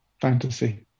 Fantasy